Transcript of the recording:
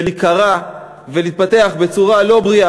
ולהיקרע ולהתפתח בצורה לא בריאה,